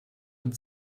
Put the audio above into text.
und